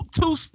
two